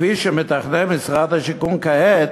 כפי שמתכנן משרד השיכון כעת,